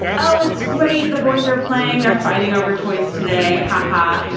oh, it's great. the boys are playing. they're fighting over toys today, haha.